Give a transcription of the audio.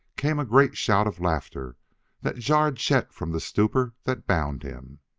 came a great shout of laughter that jarred chet from the stupor that bound him.